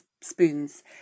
spoons